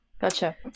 gotcha